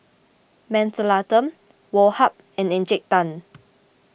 Mentholatum Woh Hup and Encik Tan